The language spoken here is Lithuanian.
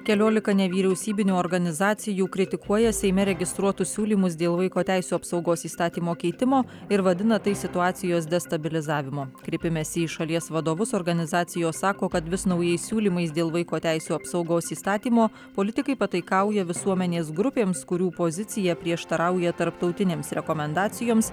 keliolika nevyriausybinių organizacijų kritikuoja seime registruotus siūlymus dėl vaiko teisių apsaugos įstatymo keitimo ir vadina tai situacijos destabilizavimu kreipimesi į šalies vadovus organizacijos sako kad vis naujais siūlymais dėl vaiko teisių apsaugos įstatymo politikai pataikauja visuomenės grupėms kurių pozicija prieštarauja tarptautinėms rekomendacijoms